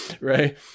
right